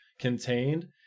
contained